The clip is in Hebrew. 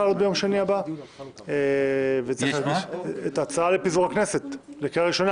לעלות ביום שני הבא לקריאה הראשונה,